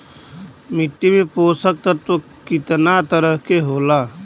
मिट्टी में पोषक तत्व कितना तरह के होला?